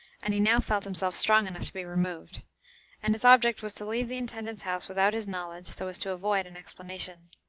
and he now felt himself strong enough to be removed and his object was to leave the intendant's house without his knowledge, so as to avoid an explanation.